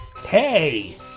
Hey